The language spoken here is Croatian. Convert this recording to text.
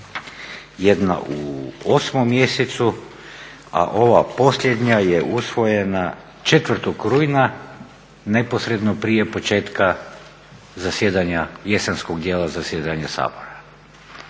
Jedna u 8 mjesecu, a ova posljednja je usvojena 4. rujna neposredno prije početka zasjedanja, jesenskog dijela zasjedanja Sabora.